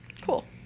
Cool